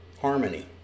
Harmony